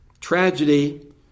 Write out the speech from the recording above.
Tragedy